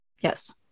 Yes